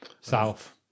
south